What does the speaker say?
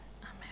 Amen